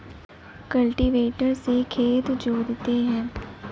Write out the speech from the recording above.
cultivator से खेत जोतते हैं